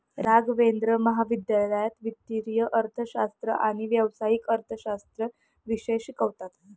राघवेंद्र महाविद्यालयात वित्तीय अर्थशास्त्र आणि व्यावसायिक अर्थशास्त्र विषय शिकवतात